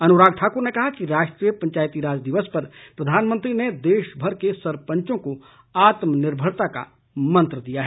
अनुराग ठाकुर ने कहा कि राष्ट्रीय पंचायतीराज दिवस पर प्रधानमंत्री ने देश भर के सरपंचों को आत्मनिर्भरता का मंत्र दिया है